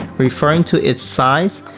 referring to its size,